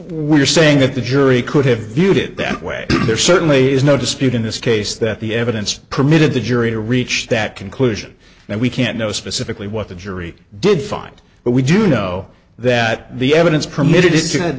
we're saying that the jury could have viewed it that way there certainly is no dispute in this case that the evidence permitted the jury to reach that conclusion and we can't know specifically what the jury did find but we do know that the evidence permitted i